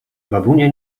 babunia